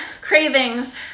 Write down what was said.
cravings